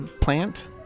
plant